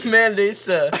Mandisa